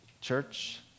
church